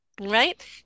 right